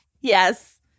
Yes